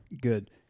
Good